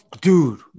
Dude